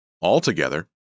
Altogether